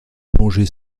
plongée